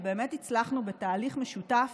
ובאמת הצלחנו, בתהליך משותף,